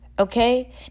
Okay